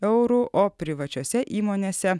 eurų o privačiose įmonėse